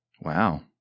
Wow